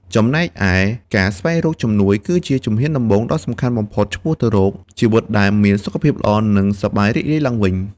ចំណែកឯ ការស្វែងរកជំនួយ គឺជាជំហានដំបូងដ៏សំខាន់បំផុតឆ្ពោះទៅរកជីវិតដែលមានសុខភាពល្អ និងសប្បាយរីករាយឡើងវិញ។